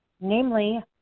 namely